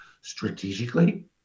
strategically